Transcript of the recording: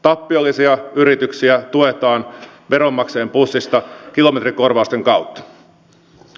tappiollisia yrityksiä tuetaan veronmaksajien pussista kilometrikorvausten kautta